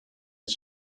his